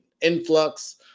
influx